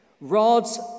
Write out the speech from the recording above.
Rod's